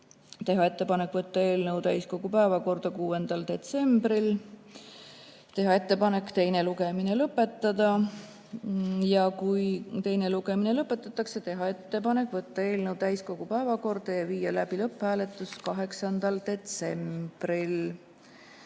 Teha ettepanek võtta eelnõu täiskogu päevakorda 6. detsembril, teha ettepanek teine lugemine lõpetada. Ja kui teine lugemine lõpetatakse, teha ettepanek võtta eelnõu täiskogu päevakorda ja viia läbi lõpphääletus 8. detsembril.